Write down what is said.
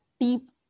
deep